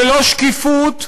ללא שקיפות,